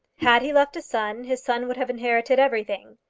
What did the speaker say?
had he left a son, his son would have inherited everything.